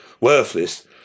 worthless